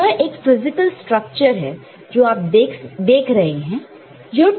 तो यह एक फिजिकल स्ट्रक्चर है जो आपको दिख रहा है